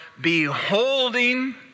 beholding